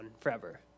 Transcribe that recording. forever